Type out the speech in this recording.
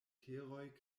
teroj